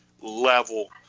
level